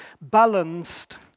balanced